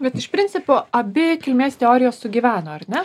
bet iš principo abi kilmės teorijos sugyveno ar ne